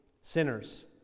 sinners